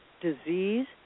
disease